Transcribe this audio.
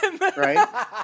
Right